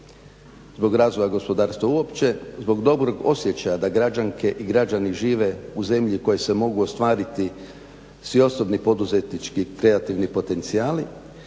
zbog razvoja gospodarstva uopće, zbog dobrog osjećaja da građanke i građani žive u zemlji u kojoj se mogu ostvariti svi osobni poduzetnički kreativni potencijali,